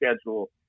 schedule